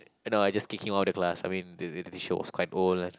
oh no just kicking him out of the class I mean the the teacher was quite old